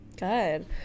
Good